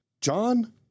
John –